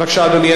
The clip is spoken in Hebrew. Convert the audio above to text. בבקשה, אדוני.